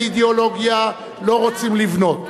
באידיאולוגיה לא רוצים לבנות,